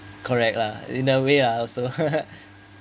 correct lah in a way lah also